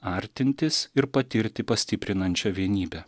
artintis ir patirti pastiprinančią vienybę